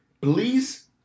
please